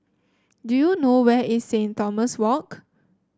do you know where is Saint Thomas Walk